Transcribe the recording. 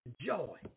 joy